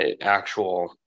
actual